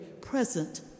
present